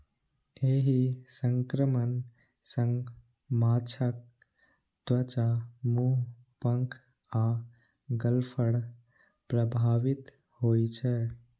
एहि संक्रमण सं माछक त्वचा, मुंह, पंख आ गलफड़ प्रभावित होइ छै